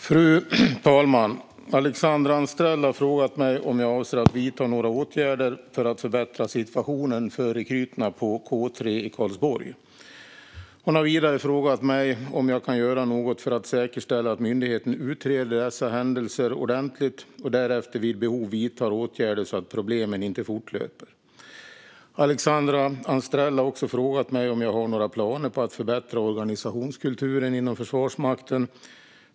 Fru talman! Alexandra Anstrell har frågat mig om jag avser att vidta några åtgärder för att förbättra situationen för rekryterna på K 3 i Karlsborg. Hon har vidare frågat mig om jag kan göra något för att säkerställa att myndigheten utreder dessa händelser ordentligt och därefter vid behov vidtar åtgärder så att problemen inte fortlöper. Alexandra Anstrell har också frågat mig om jag har några planer på att förbättra organisationskulturen inom Försvarsmakten.